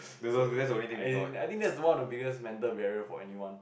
so I as in I think that is one of the biggest mental barrier for anyone